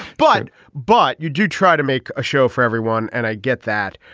but but you do try to make a show for everyone. and i get that.